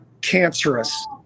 cancerous